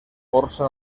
força